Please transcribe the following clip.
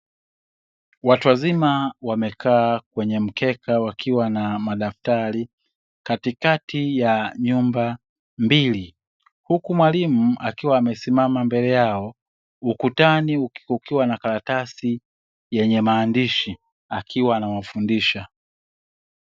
Watu wazima wamekaa kwenye mkeka wakiwa na madaftari katikati ya nyumba mbili huku mwalimu akiwa amesimama mbele yao ukutani kukiwa na karatasi yenye maandishi akiwa anawafundisha.